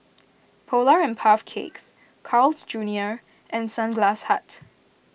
Polar and Puff Cakes Carl's Junior and Sunglass Hut